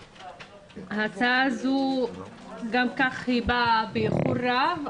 ההצעה הזו גם כך באה באיחור רב,